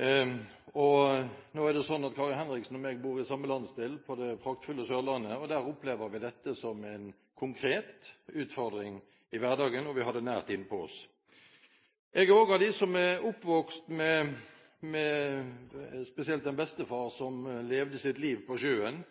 Nå er det sånn at Kari Henriksen og jeg bor i samme landsdel, på det praktfulle Sørlandet, og der opplever vi dette som en konkret utfordring i hverdagen, og vi har det nært innpå oss. Jeg er oppvokst med en bestefar som